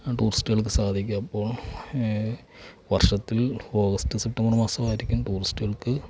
ടൂറിസ്റ്റുകള്ക്ക് സാധിക്കും അപ്പോള് വര്ഷത്തില് ഓഗസ്റ്റ് സെപ്റ്റംബര് മാസമായിരിക്കും ടൂറിസ്റ്റുകള്ക്ക്